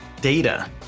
data